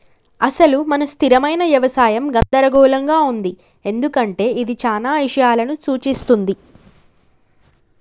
అసలు మన స్థిరమైన యవసాయం గందరగోళంగా ఉంది ఎందుకంటే ఇది చానా ఇషయాలను సూఛిస్తుంది